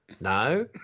no